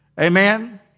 Amen